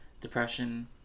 depression